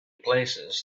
places